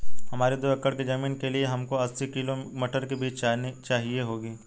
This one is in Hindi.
हमारी दो एकड़ की जमीन के लिए हमको अस्सी किलो मटर के बीज चाहिए होंगे